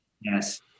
yes